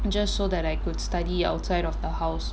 just so that I could study outside of the house